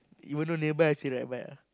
even though nearby I still ride bike ah